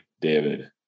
David